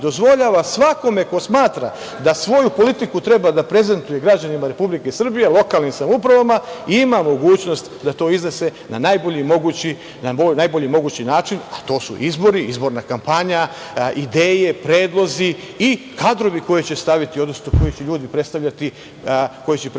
svakome ko smatra da svoju politiku treba da prezentuje građanima Republike Srbije, lokalnim samoupravama ima mogućnost da to iznese na najbolji mogući način, a to su izbori, izborna kampanja, ideje, predlozi i kadrove koje će staviti, odnosno koje će ljudi predstavljati, koji će predstavljati